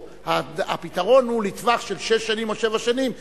או הפתרון הוא לטווח של שש או שבע שנים,